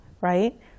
right